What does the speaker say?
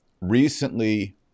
recently